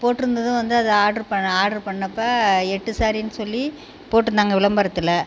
போட்டிருந்தது வந்து அதை ஆட்ரு ஆட்ரு பண்ணப்போ எட்டு ஸேரீன்னு சொல்லி போட்டிருந்தாங்க விளம்பரத்தில்